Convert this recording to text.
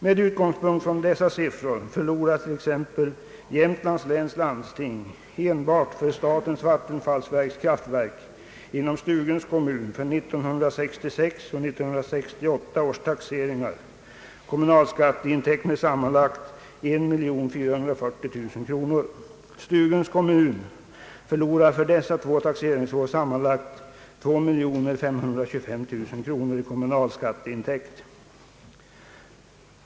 Med utgångspunkt från dessa siffror förlorar t.ex. Jämtlands läns landsting enbart för statens vattenfallsverks kraftverk inom Stuguns kommun för 1966 och 1968 års taxeringar kommunalskatteintäkt med sammanlagt 1440 000 kronor. Stuguns kommun förlorar dessa två taxeringsår sammanlagt 2525000 kronor i kommunalskatteintäkt.